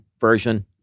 version